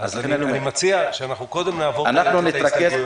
אני מציע שקודם נעבור על ההסתייגויות.